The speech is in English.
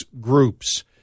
groups